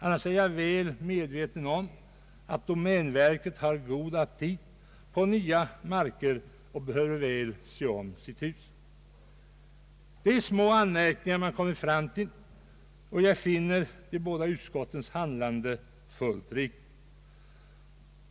Annars är jag väl medveten om att domänverket har god aptit på nya marker och väl behöver se om sitt hus. Det är små anmärkningar man kommit fram tili, och jag finner de båda utskottens handlande fullt riktigt.